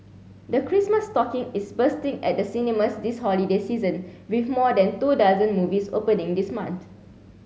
the Christmas stocking is bursting at the cinemas this holiday season with more than two dozen movies opening this month